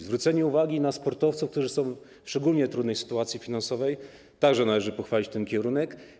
Zwraca się uwagę na sportowców, którzy są w szczególnie trudnej sytuacji finansowej - także należy pochwalić ten kierunek.